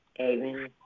Amen